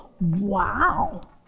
wow